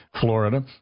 Florida